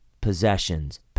possessions